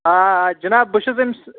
آ آ جِناب بہٕ چھُس أمِس